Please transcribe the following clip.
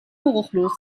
geruchlos